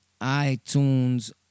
iTunes